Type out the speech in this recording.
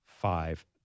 five